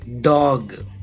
dog